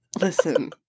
Listen